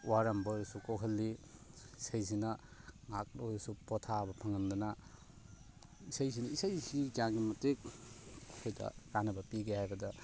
ꯋꯥꯔꯝꯕ ꯑꯣꯏꯔꯁꯨ ꯀꯣꯛꯍꯜꯂꯤ ꯏꯁꯩꯁꯤꯅ ꯉꯍꯥꯛꯇ ꯑꯣꯏꯁꯨ ꯄꯣꯊꯥꯕ ꯐꯪꯍꯟꯗꯅ ꯏꯁꯩꯁꯤꯅ ꯏꯁꯩꯁꯤ ꯀꯌꯥꯒꯤ ꯃꯇꯤꯛ ꯑꯩꯈꯣꯏꯗ ꯀꯥꯟꯅꯕ ꯄꯤꯒꯦ ꯍꯥꯏꯕꯗ